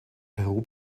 peru